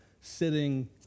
sitting